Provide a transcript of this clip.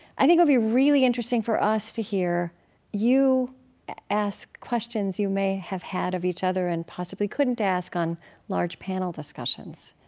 i think it'll be really interesting for us to hear you ask questions you may have had of each other and possibly couldn't ask on large panel discussions.